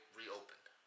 reopened